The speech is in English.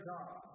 God